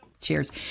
Cheers